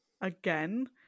again